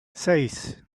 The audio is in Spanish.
seis